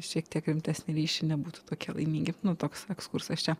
šiek tiek rimtesnį ryšį nebūtų tokie laimingi nu toks ekskursas čia